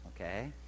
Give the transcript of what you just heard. Okay